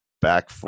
back